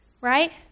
Right